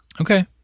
Okay